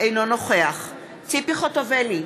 אינו נוכח ציפי חוטובלי,